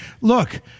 look